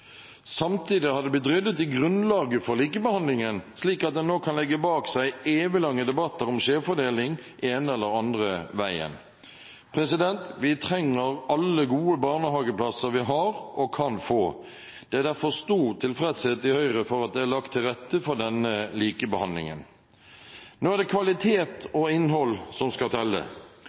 Samtidig har det blitt ryddet i grunnlaget for likebehandlingen slik at en nå kan legge bak seg eviglange debatter om skjevfordeling den ene eller andre veien. Vi trenger alle de gode barnehageplassene vi har og kan få. Det er derfor stor tilfredshet i Høyre med at det er lagt til rette for denne likebehandlingen. Nå er det kvalitet og innhold som skal telle.